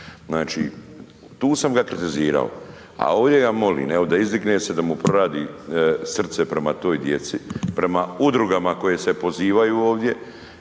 znači tu sam ga kritizirao, a ovdje ga molim evo da izdigne se, da mu proradi srce prema toj djeci, prema udrugama koje se pozivaju ovdje